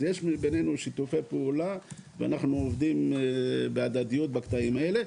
אז יש בינינו שיתופי פעולה ואנחנו עובדים בהדדיות בקטעים האלה.